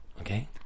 Okay